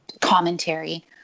commentary